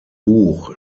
buch